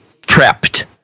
prepped